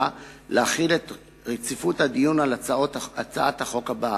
להחיל את רציפות הדיון על הצעת החוק הבאה.